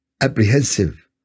apprehensive